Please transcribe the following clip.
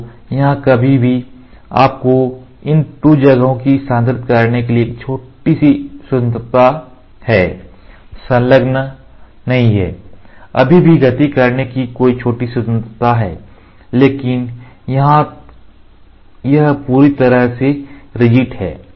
तो यहाँ अभी भी आपको इन 2 जगहों को स्थानांतरित करने की एक छोटी सी स्वतंत्रता है संलग्न नहीं हैं अभी भी गति करने की की छोटी स्वतंत्रता है लेकिन यहाँ यह पूरी तरह से रिजीड है